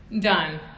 Done